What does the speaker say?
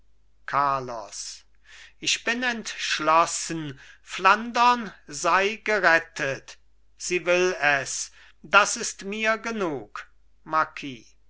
carlos ich bin entschlossen flandern sei gerettet sie will es das ist mir genug